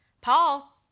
Paul